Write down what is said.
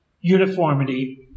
uniformity